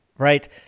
right